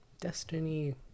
Destiny